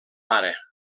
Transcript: ara